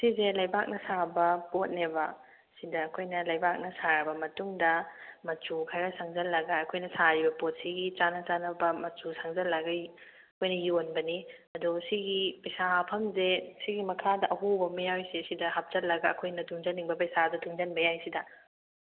ꯁꯤꯁꯦ ꯂꯩꯕꯥꯛꯅ ꯁꯥꯕ ꯄꯣꯠꯅꯦꯕ ꯁꯤꯗ ꯑꯩꯈꯣꯏꯅ ꯂꯩꯕꯥꯛꯅ ꯁꯥꯔꯕ ꯃꯇꯨꯡꯗ ꯃꯆꯨ ꯈꯥꯔ ꯁꯪꯖꯜꯂꯒ ꯑꯩꯈꯣꯏꯅ ꯁꯥꯔꯤꯕ ꯄꯣꯠꯁꯤꯒꯤ ꯆꯥꯅ ꯆꯥꯅꯕ ꯃꯆꯨ ꯁꯪꯖꯜꯂꯒ ꯑꯩꯈꯣꯏꯅ ꯌꯣꯟꯕꯅꯤ ꯑꯗꯨꯒ ꯁꯤꯒꯤ ꯄꯩꯁꯥ ꯍꯥꯞꯐꯝꯁꯦ ꯁꯤꯒꯤ ꯃꯈꯥꯗ ꯑꯍꯣꯕ ꯑꯃꯥ ꯌꯥꯎꯔꯤꯁꯦ ꯁꯤꯗ ꯍꯥꯞꯆꯜꯂꯒ ꯑꯩꯈꯣꯏꯅ ꯇꯨꯡꯖꯟꯅꯤꯡꯕ ꯄꯩꯁꯥꯗꯣ ꯇꯨꯡꯖꯟꯕ ꯌꯥꯏ ꯁꯤꯗ